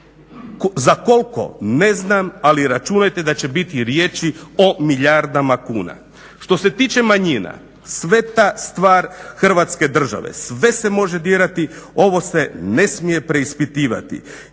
Za koliko ne znam, ali računajte da će biti riječi o milijardama kuna. Što se tiče manjina, sveta stvar Hrvatske države, sve se može dirati, ovo se ne smije preispitivati.